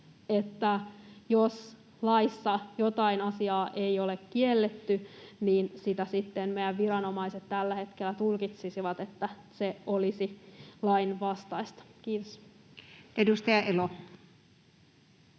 jos laissa jotain asiaa ei ole kielletty, sitä sitten meidän viranomaiset tällä hetkellä tulkitsisivat niin, että se olisi lain vastaista. — Kiitos. [Speech 183]